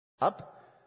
up